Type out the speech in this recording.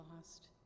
lost